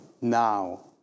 now